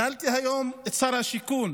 שאלתי היום את שר השיכון